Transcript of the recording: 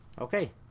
okay